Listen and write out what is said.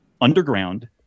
underground